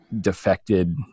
defected